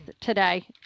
today